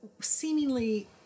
seemingly